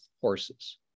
horses